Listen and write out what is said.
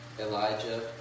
Elijah